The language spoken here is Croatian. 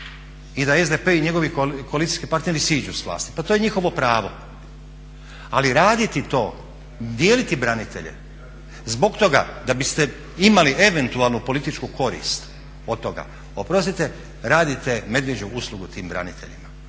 i da SDP i njegovi koalicijski partneri siđu s vlasti, pa to je njihovo pravo. Ali raditi to dijeliti branitelje zbog toga da biste imali eventualnu političku korist od toga, oprostite radite medvjeđu uslugu tim braniteljima